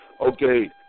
okay